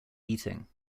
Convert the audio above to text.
eating